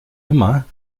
immer